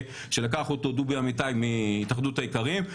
שלקח אותו דובי אמיתי מהתאחדות האיכרים,